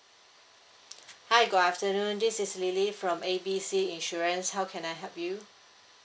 hi good afternoon this is lily from A B C insurance how can I help you